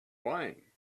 wine